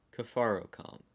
Kafarocom